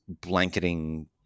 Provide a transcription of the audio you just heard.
blanketing